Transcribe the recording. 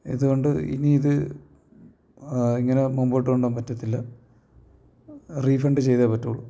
ഇതുകൊണ്ട് ഇനിയിത് ഇങ്ങനെ മുൻപോട്ടു കൊണ്ടു പോകാൻ പറ്റത്തില്ല റീഫണ്ട് ചെയ്തേ പറ്റുകയുള്ളൂ